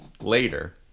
later